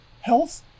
health